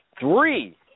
three